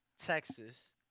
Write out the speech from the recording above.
Texas